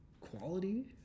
quality